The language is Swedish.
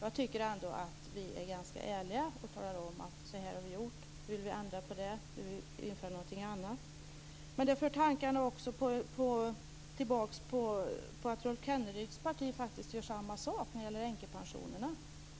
Jag tycker ändå att vi är ganska ärliga och talar om hur vi har gjort och att vi nu vill ändra på det och införa något annat. Men det för också tankarna tillbaka till att Rolf Kenneryds parti faktiskt gör samma sak när det gäller änkepensionerna.